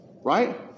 Right